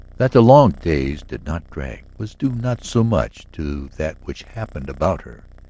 that the long days did not drag was due not so much to that which happened about her,